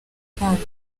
rukundo